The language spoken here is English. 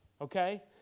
okay